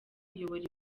kuyobora